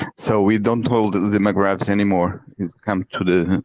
so we don't hold the the magravs anymore? is come to the,